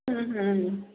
ਹੂੰ ਹੂੰ